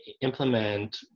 implement